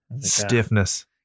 Stiffness